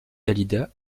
dalida